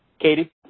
Katie